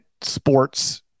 sports